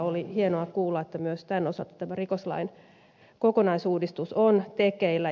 oli hienoa kuulla että myös tämän osalta rikoslain kokonaisuudistus on tekeillä